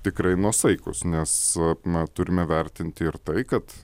tikrai nuosaikūs nes na turime vertinti ir tai kad